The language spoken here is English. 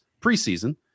preseason